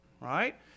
right